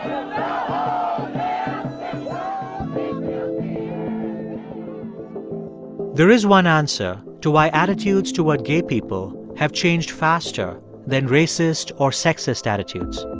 um there is one answer to why attitudes toward gay people have changed faster than racist or sexist attitudes.